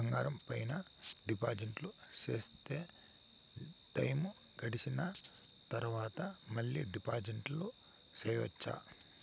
బంగారం పైన డిపాజిట్లు సేస్తే, టైము గడిసిన తరవాత, మళ్ళీ డిపాజిట్లు సెయొచ్చా?